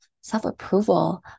self-approval